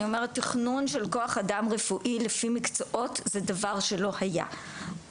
אני אומרת שתכנון כוח אדם רפואי לפי מקצועי זה דבר שלא היה.